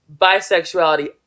bisexuality